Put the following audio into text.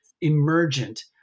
emergent